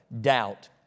doubt